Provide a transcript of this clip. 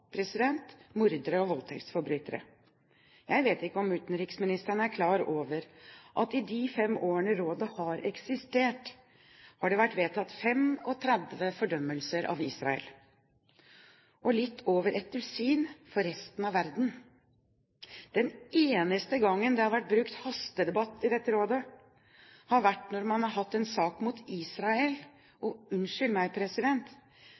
mordere og voldtektsforbrytere? Jeg vet ikke om utenriksministeren er klar over at det i de fem årene rådet har eksistert, har vært vedtatt 35 fordømmelser av Israel og litt over et dusin når det gjelder resten av verden. De eneste gangene det har vært brukt hastedebatt i dette rådet, har vært når man har hatt en sak mot Israel. Unnskyld meg, president: